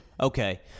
Okay